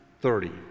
thirty